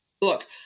look